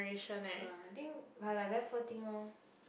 true [ah]I think like like very poor thing loh